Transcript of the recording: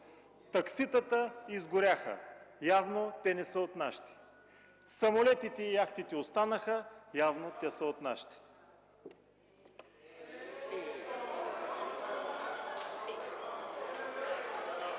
такситата изгоряха – явно, те не са от нашите. Самолетите и яхтите останаха – явно, те са от нашите. (Смях,